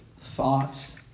thoughts